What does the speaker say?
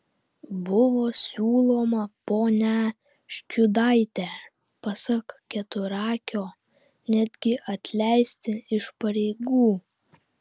buvo siūloma ponią škiudaitę pasak keturakio netgi atleisti iš pareigų